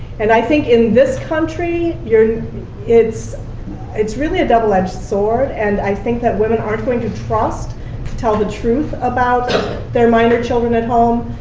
and i think in this country, it's it's really a double-edged sword, and i think that women aren't going to trust to tell the truth about their minor children at home,